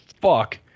fuck